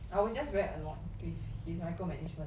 I was just very annoyed with hiss micro management